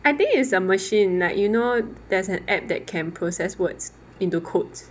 I think is a machine like you know there's an app that can process words into codes